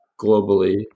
globally